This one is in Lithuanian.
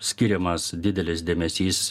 skiriamas didelis dėmesys